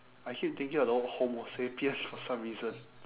I keep thinking of the word homo sapien for some reason